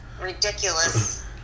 ridiculous